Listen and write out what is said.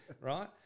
right